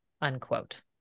unquote